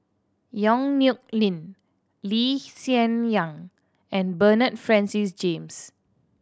Yong Nyuk Lin Lee Hsien Yang and Bernard Francis James